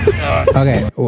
Okay